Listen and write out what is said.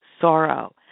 sorrow